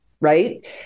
right